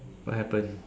what happened